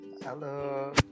Hello